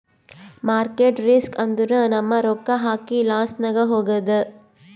market risk ಅಂದುರ್ ನಮ್ ರೊಕ್ಕಾ ಹಾಕಿ ಲಾಸ್ನಾಗ್ ಹೋಗದ್